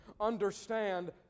understand